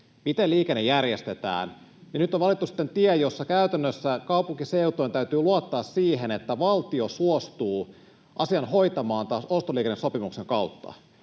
miten liikenne järjestetään, nyt on valittu tie, jossa käytännössä kaupunkiseutujen täytyy luottaa siihen, että valtio suostuu asian hoitamaan taas ostoliikennesopimuksen kautta.